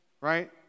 right